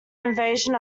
invasion